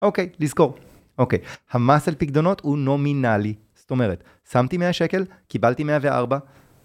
אוקיי, לזכור, אוקיי, המאסל פקדונות הוא נומינלי, זאת אומרת, שמתי 100 שקל, קיבלתי 104.